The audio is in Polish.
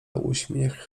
uśmiech